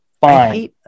fine